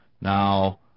Now